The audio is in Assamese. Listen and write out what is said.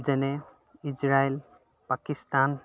যেনে ইজৰাইল পাকিস্তান